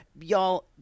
Y'all